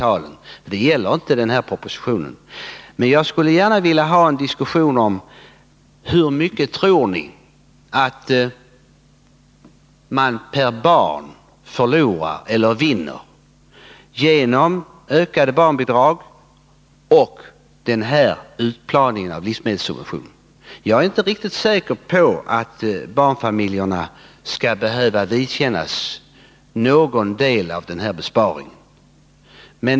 Men när ni nu än en gång i litet svepande formuleringar talar om svaga grupper skulle jag gärna vilja få veta följande. Hur mycket tror ni att man per barn förlorar eller vinner genom ökade barnbidrag och den här utplaningen av livsmedelssubventionerna? Jag är inte säker på att barnfamiljerna behöver vidkännas någon del av denna besparing.